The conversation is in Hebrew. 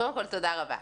קודם כל תודה רבה.